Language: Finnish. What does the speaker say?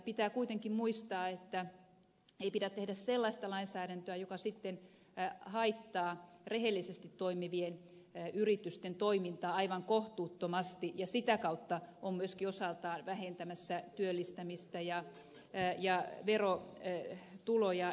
pitää kuitenkin muistaa että ei pidä tehdä sellaista lainsäädäntöä joka sitten haittaa rehellisesti toimivien yritysten toimintaa aivan kohtuuttomasti ja sitä kautta on myöskin osaltaan vähentämässä työllistämistä ja verotuloja